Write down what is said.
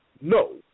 no